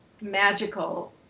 magical